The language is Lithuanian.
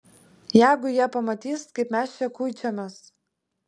jeigu jie pamatys kaip mes čia kuičiamės